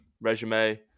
resume